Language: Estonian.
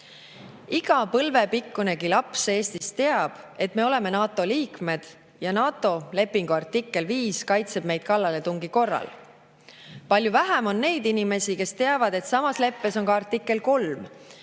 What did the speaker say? Iga põlvepikkunegi laps Eestis teab, et me oleme NATO liikmed ja NATO lepingu artikkel 5 kaitseb meid kallaletungi korral. Palju vähem on neid inimesi, kes teavad, et samas leppes on ka artikkel 3,